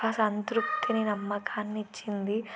ఒక సంతృప్తిని నమ్మకాన్నిచ్చింది